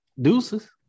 Deuces